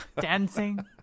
Dancing